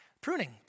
Pruning